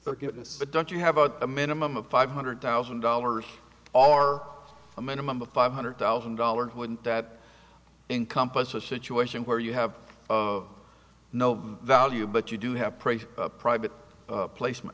forgiveness but don't you have a minimum of five hundred thousand dollars are a minimum of five hundred thousand dollars wouldn't that encompass a situation where you have of no value but you do have a private placement